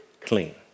clean